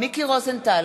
מיקי רוזנטל,